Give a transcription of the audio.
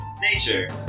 nature